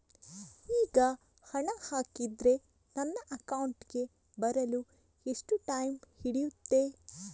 ಈಗ ಹಣ ಹಾಕಿದ್ರೆ ನನ್ನ ಅಕೌಂಟಿಗೆ ಬರಲು ಎಷ್ಟು ಟೈಮ್ ಹಿಡಿಯುತ್ತೆ?